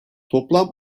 toplam